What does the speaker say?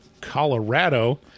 Colorado